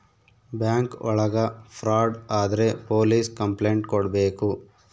bank ಒಳಗ fraud ಆದ್ರೆ police complaint ಕೊಡ್ಬೇಕು